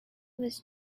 was